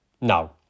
No